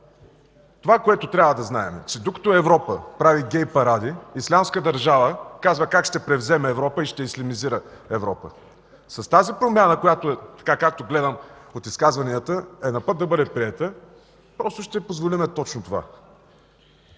Това, което трябва да знаем, е, че докато Европа прави гей паради „Ислямска държава” казва как ще превземе Европа и ще я ислямизира. С тази промяна, така както гледам от изказванията, е на път да бъде приета, просто ще позволим точно това.